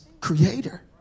creator